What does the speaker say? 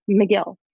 McGill